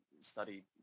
studied